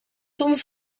tom